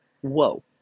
whoa